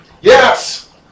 Yes